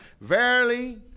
verily